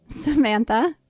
Samantha